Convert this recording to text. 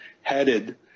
headed